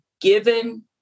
given